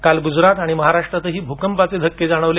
काल गुजरात आणि महाराष्ट्रातही भूकंपाचे धक्के जाणवले